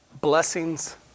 blessings